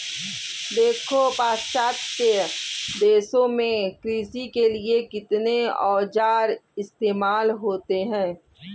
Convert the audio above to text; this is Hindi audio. देखो पाश्चात्य देशों में कृषि के लिए कितने औजार इस्तेमाल होते हैं